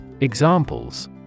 Examples